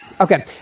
Okay